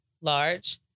large